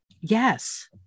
Yes